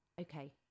Okay